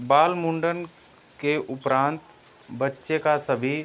बाल मुंडन के उपरांत बच्चे का सभी